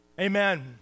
Amen